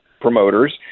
promoters